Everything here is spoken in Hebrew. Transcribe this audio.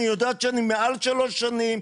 והיא יודעת שאני מעל שלוש שנים,